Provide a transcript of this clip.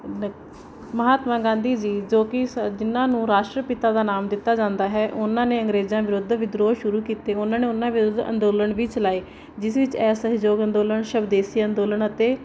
ਮਹਾਤਮਾ ਗਾਂਧੀ ਜੀ ਜੋ ਕਿ ਸ ਜਿਹਨਾਂ ਨੂੰ ਰਾਸ਼ਟਰ ਪਿਤਾ ਦਾ ਨਾਮ ਦਿੱਤਾ ਜਾਂਦਾ ਹੈ ਉਹਨਾਂ ਨੇ ਅੰਗਰੇਜ਼ਾਂ ਵਿਰੁੱਧ ਵਿਦਰੋਹ ਸ਼ੁਰੂ ਕੀਤੇ ਉਹਨਾਂ ਨੇ ਉਹਨਾਂ ਵਿਰੁੱਧ ਅੰਦੋਲਨ ਵੀ ਚਲਾਏ ਜਿਸ ਵਿੱਚ ਇਹ ਸਹਿਯੋਗ ਅੰਦੋਲਨ ਸ਼ਵਦੇਸੀ ਅੰਦੋਲਨ ਅਤੇ